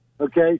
okay